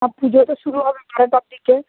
হ্যাঁ পুজো তো শুরু হবে বারোটার দিকে